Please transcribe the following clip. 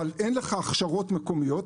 אבל אין לך הכשרות מקומיות,